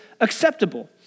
acceptable